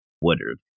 Woodard